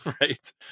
right